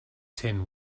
tin